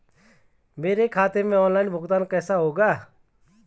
मेरे खाते में ऑनलाइन भुगतान कैसे होगा?